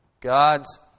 God's